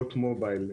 הוט מובייל,